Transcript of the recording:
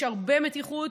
יש הרבה מתיחות,